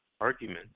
argument